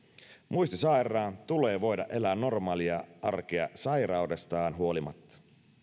muistisairaan tulee voida elää normaalia arkea sairaudestaan huolimatta